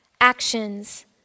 actions